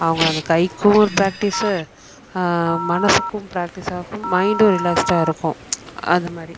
அவங்கள அந்த கைக்கும் ஒரு ப்ராக்டீஸு மனசுக்கும் ப்ராக்டீஸாக ஆகும் மைண்ட்டும் ரிலாக்ஸ்டாக இருக்கும் அந்தமாதிரி